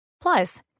plus